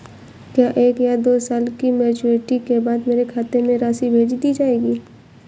क्या एक या दो साल की मैच्योरिटी के बाद मेरे खाते में राशि भेज दी जाएगी?